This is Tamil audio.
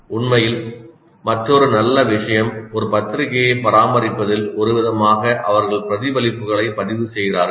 உண்மையில் மற்றொரு நல்ல விஷயம் ஒரு பத்திரிகையை பராமரிப்பதில் ஒருவிதமாக அவர்கள் பிரதிபலிப்புகளை பதிவு செய்கிறார்கள்